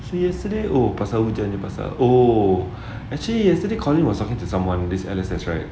so yesterday oh pasal hujannya pasal oh actually yesterday colin was talking to someone this alison right